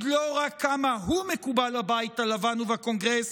לא רק כמה הוא מקובל בבית הלבן ובקונגרס,